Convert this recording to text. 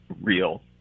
real